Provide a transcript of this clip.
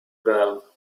valve